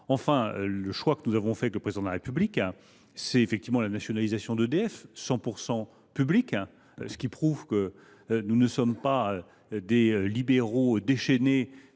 Enfin, le choix que nous avons fait avec le Président de la République est effectivement la nationalisation d’EDF – le groupe est public à 100 %. Cela prouve que nous ne sommes pas des libéraux déchaînés